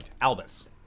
Albus